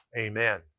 Amen